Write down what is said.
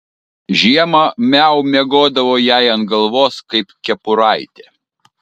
žiemą miau miegodavo jai ant galvos kaip kepuraitė